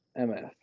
MF